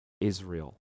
Israel